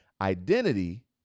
Identity